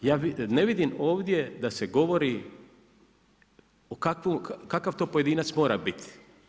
Ja ne vidim ovdje da se govori kakav to pojedinac mora biti.